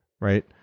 Right